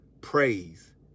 praise